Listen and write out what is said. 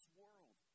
world